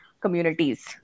communities